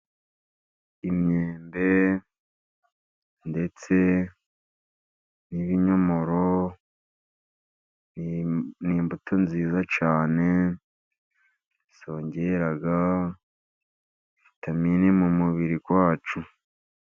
Imyembe ndetse n'ibinyomoro ni imbuto nziza cyane zongera vitaminini mu mubiri wacu.